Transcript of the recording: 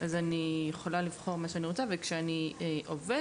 אני יכולה לבחור מה שאני רוצה וכשאני עובדת,